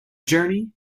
journey